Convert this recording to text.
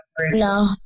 No